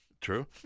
true